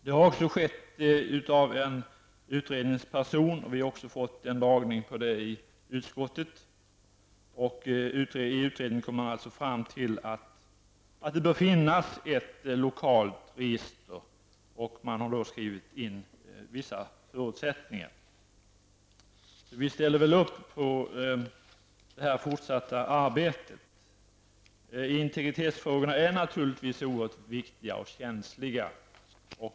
Det har också skett i en utredning. Vi har fått en föredragning i utskottet i ärendet. Utredningen kom alltså fram till att det bör finnas ett lokalt register. Man har angett vissa förutsättningar. Vi ställer upp på att arbetet därvidlag fortsätter, eftersom integritetsfrågorna naturligtvis är oerhört viktiga och känsliga.